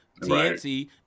TNT